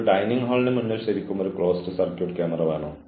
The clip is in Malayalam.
ഒപ്പം എന്തോ ശരിയല്ലെന്ന് അവരോട് പറയുന്നു